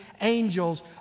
angels